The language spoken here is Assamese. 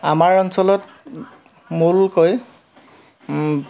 আমাৰ অঞ্চলত মূলকৈ